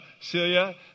Celia